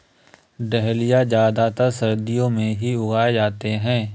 dahlia ज्यादातर सर्दियो मे ही लगाये जाते है